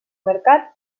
mercat